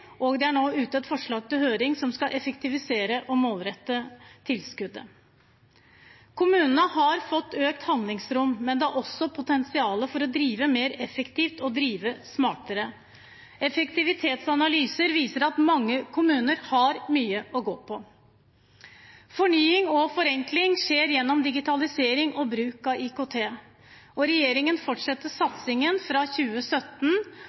målrette tilskuddet er nå ute på høring. Kommunene har fått økt handlingsrom, men det er et potensial for å drive smartere og mer effektivt. Effektivitetsanalyser viser at mange kommuner har mye å gå på. Fornying og forenkling skjer gjennom digitalisering og bruk av IKT. Regjeringen fortsetter satsingen fra 2017